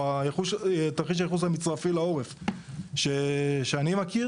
תרחיש הייחוס המצרפי לעורף שאני מכיר